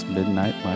Midnight